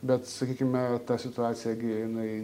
bet sakykime ta situacija gi jinai